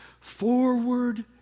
forward